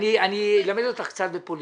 אלמד אותך קצת פוליטיקה.